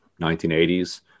1980s